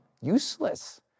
useless